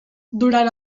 durant